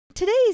today's